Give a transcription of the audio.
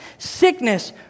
sickness